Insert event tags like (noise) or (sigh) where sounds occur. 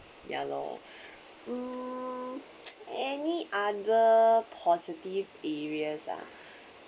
ya lor (breath) hmm (noise) any other positive areas ah